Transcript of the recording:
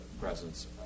presence